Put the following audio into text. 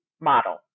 model